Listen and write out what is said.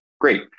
great